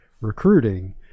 recruiting